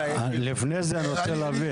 לפני זה, אני רוצה להבין.